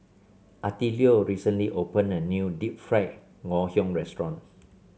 Attilio recently opened a new Deep Fried Ngoh Hiang Restaurant